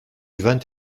vingt